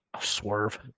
Swerve